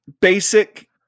basic